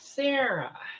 Sarah